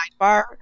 sidebar